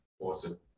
Awesome